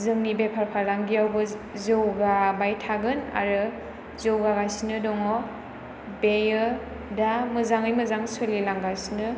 जोंनि बेफार फालांगियावबो जौगाबाय थागोन आरो जौगागासिनो दङ बेयो दा मोजाङै मोजां सोलिलांगासिनो